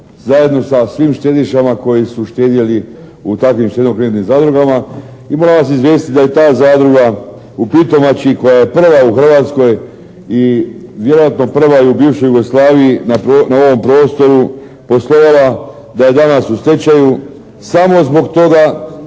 zajedno sa svim štedišama koji su štedjeli u takvim štedno-kreditnim zadrugama i moram vas izvijestiti da ta zadruga u Pitomači koja je prva u Hrvatskoj i vjerojatno prva i u bivšoj Jugoslaviji na ovom prostoru poslovala da je danas u stečaju samo zbog toga